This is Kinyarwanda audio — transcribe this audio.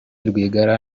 rwigara